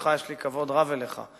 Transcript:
יש לי כבוד רב אליך.